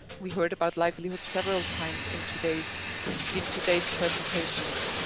we heard about livlihood several times in two days in today's presentations,